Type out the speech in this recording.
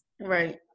right